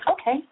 Okay